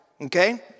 Okay